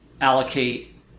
allocate